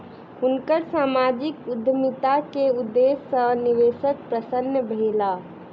हुनकर सामाजिक उद्यमिता के उदेश्य सॅ निवेशक प्रसन्न भेला